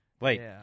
Wait